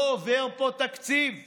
לא עובר פה תקציב מדינה.